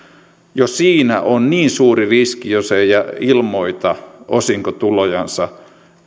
jo siinä on suuri kiinni jäämisen riski jos ei ilmoita osinkotulojansa